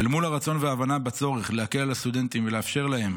מול הרצון וההבנה בצורך להקל על הסטודנטים ולאפשר להם